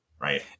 right